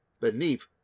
beneath